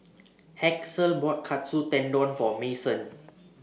Haskell bought Katsu Tendon For Mason